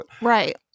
Right